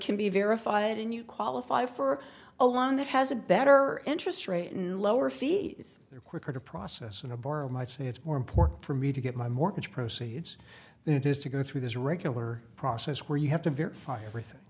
can be verified and you qualify for a long that has a better interest rate and lower fees there quicker to process in a borel might say it's more important for me to get my mortgage proceeds than it is to go through this regular process where you have to verify everything